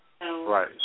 Right